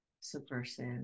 subversive